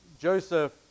Joseph